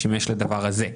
יש סוהרים שישנים במיתקנים?